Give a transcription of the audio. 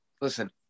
Listen